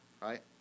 right